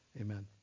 amen